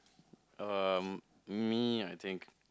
um me I think